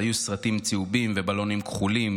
היו סרטים צהובים ובלונים כחולים,